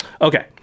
okay